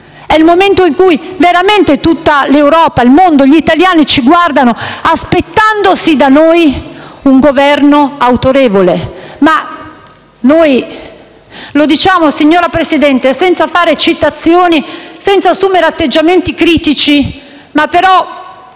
è il momento in cui veramente tutta l'Europa, il mondo, gli italiani ci guardano aspettandosi da noi un Governo autorevole. Noi lo diciamo, signor Presidente, senza fare citazioni e senza assumere atteggiamenti critici, ma con